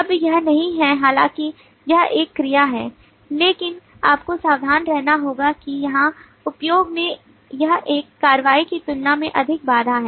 अब यह नहीं है हालांकि यह एक क्रिया है लेकिन आपको सावधान रहना होगा कि यहां उपयोग में यह एक कार्रवाई की तुलना में अधिक बाधा है